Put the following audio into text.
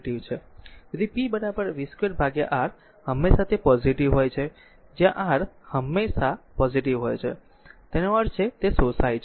તેથી p v2 R હંમેશા તે પોઝીટીવ હોય છે જ્યાં R હંમેશા પોઝીટીવ હોય છે તેનો અર્થ છે તે શોષાય છે